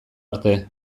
arte